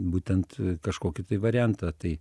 būtent kažkokį tai variantą tai